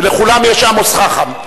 ולכולם יש עמוס חכם.